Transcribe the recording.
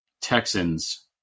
texans